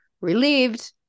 relieved